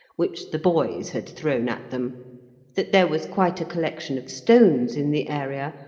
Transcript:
which the boys had thrown at them that there was quite a collection of stones in the area,